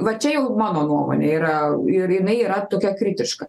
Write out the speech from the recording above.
va čia jau mano nuomonė yra ir jinai yra tokia kritiška